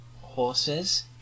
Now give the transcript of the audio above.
horses